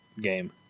game